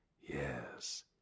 Yes